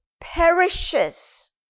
perishes